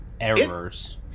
errors